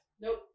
Nope